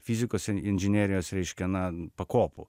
fizikos inžinerijos reiškia na pakopų